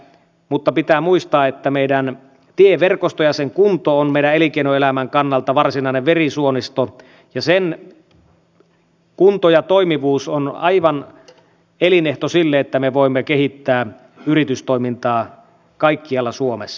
mutta pitää muistaa että meidän tieverkosto ja sen kunto on meidän elinkeinoelämän kannalta varsinainen verisuonisto ja sen kunto ja toimivuus on aivan elinehto sille että me voimme kehittää yritystoimintaa kaikkialla suomessa